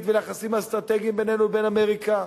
ומהיחסים האסטרטגיים בינינו לבין אמריקה.